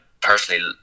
personally